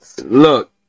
look